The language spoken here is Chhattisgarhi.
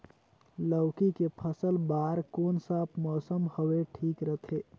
लौकी के फसल बार कोन सा मौसम हवे ठीक रथे?